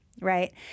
Right